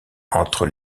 entre